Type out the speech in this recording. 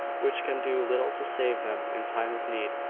which can do little to save them in time of need.